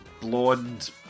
blonde